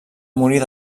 morir